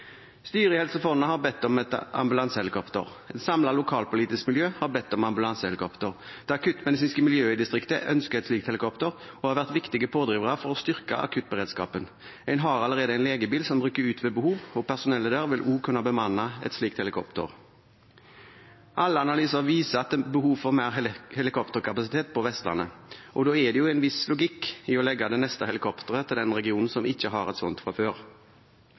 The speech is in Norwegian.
Styret i Helse Fonna har bedt om ambulansehelikopter. Et samlet lokalpolitisk miljø har bedt om ambulansehelikopter. Det akuttmedisinske miljøet i distriktet ønsker et slikt helikopter og har vært en viktig pådriver for å styrke akuttberedskapen. En har allerede en legebil som rykker ut ved behov, og personellet der vil også kunne bemanne et slikt helikopter. Alle analyser viser at det er behov for mer helikopterkapasitet på Vestlandet, og da er det jo en viss logikk i å legge det neste helikopteret til den regionen som ikke har et slikt fra før.